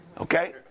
Okay